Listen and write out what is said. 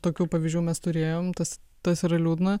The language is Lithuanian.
tokių pavyzdžių mes turėjom tas tas yra liūdna